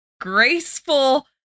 graceful